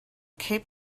cape